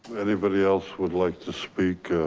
anybody else would like to speak